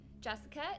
Jessica